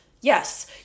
Yes